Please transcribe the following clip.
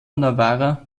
navarra